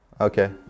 Okay